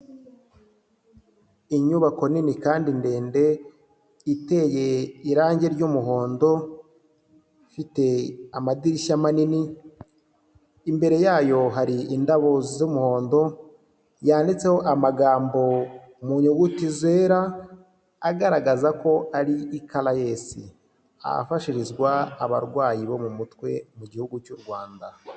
Inyubako nini kandi ndende iteye irangi ry'umuhondo, ifite amadirishya manini, imbere yayo hari indabo z'umuhondo, yanditseho amagambo mu nyuguti zera, agaragaza ko ari i Caraes. Ahafashirizwa abarwayi bo mu mutwe mu Gihugu cy'u Rwanda.